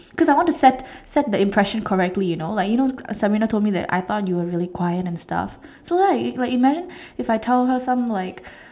cause I want to set set the impression correctly you know like you know Sabrina told me that I thought you were really quiet and stuff so right if like imagine if I tell her some like